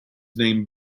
named